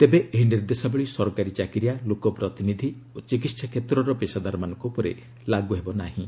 ତେବେ ଏହି ନିର୍ଦ୍ଦେଶାବଳୀ ସରକାରୀ ଚାକିରିଆ ଲୋକପ୍ରତିନିଧି ଓ ଚିକିତ୍ସା କ୍ଷେତ୍ରର ପେଷାଦାରମାନଙ୍କ ଉପରେ ଲାଗୁ ହେବ ନାହିଁ